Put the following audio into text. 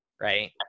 right